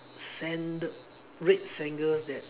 sandal red sandals that